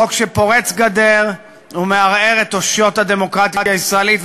חוק שפורץ גדר ומערער את אושיות הדמוקרטיה הישראלית.